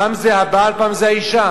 פעם זה הבעל, פעם זו האשה.